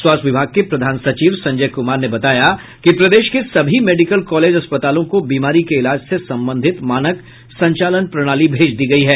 स्वास्थ्य विभाग के प्रधान सचिव संजय कुमार ने बताया कि प्रदेश के सभी मेडिकल कॉलेज अस्पतालों को बीमारी के इलाज से संबंधित मानक संचालन प्रणाली भेजी गयी है